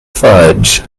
fudge